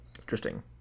Interesting